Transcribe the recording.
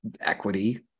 equity